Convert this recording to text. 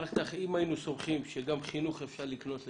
אם היינו סומכים שגם חינוך אפשר לקנות לבד,